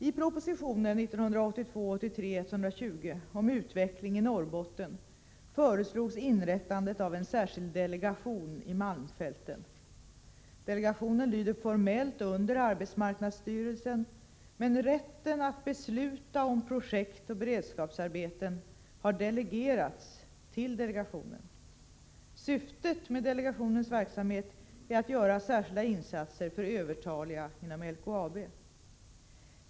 I proposition 1982/83:120 om utveckling i Norrbotten föreslogs inrättandet av en särskild delegation i malmfälten. Delegationen lyder formellt under arbetsmarknadsstyrelsen, men rätten att besluta om projekt och beredskapsarbeten har delegerats till delegationen. Syftet med delegationens verksamhet är att göra särskilda insatser för övertaliga inom LKAB.